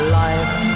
life